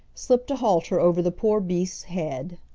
slipped a halter over the poor beast's head.